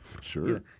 Sure